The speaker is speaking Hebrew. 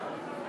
חברי הכנסת,